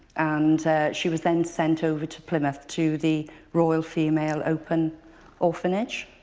and she was then sent over to plymouth to the royal female open orphanage.